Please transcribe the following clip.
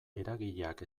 eragileak